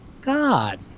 God